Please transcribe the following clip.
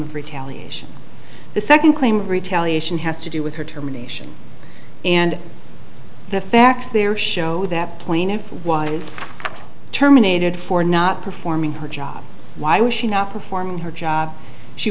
of retaliation the second claim of retaliation has to do with her termination and the facts there show that plaintiff was terminated for not performing her job why was she not performing her job she